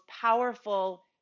powerful